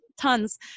tons